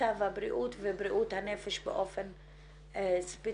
מצב הבריאות ובריאות הנפש באופן ספציפי,